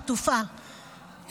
חטופה,